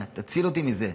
תציל אותי מזה.